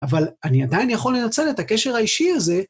אבל, אני עדיין יכול לנצל את הקשר האישי הזה,